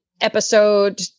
episode